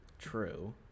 True